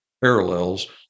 parallels